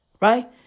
right